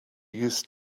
used